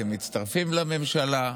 אתם מצטרפים לממשלה.